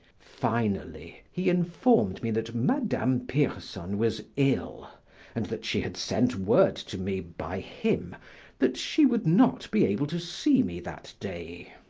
finally, he informed me that madame pierson was ill and that she had sent word to me by him that she would not be able to see me that day.